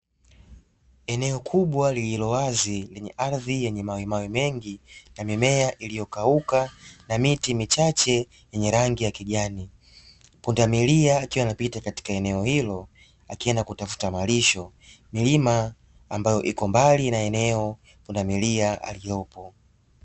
Eneo kubwa lililo wazi lenye ardhi yenye mawe mawe mengi na mimea iliyokauka na miti michache yenye rangi ya kijani, pundamilia akiwa anapita katika eneo hilo akienda kutafuta malisho, milima ambayo iko mbali na eneo pundamilia aliopo.